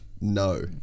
no